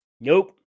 Nope